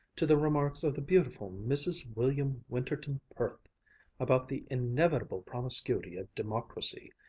to the remarks of the beautiful mrs. william winterton perth about the inevitable promiscuity of democracy,